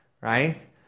right